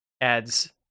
adds